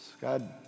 God